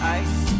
ice